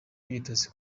imyitozo